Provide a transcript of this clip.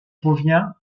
provient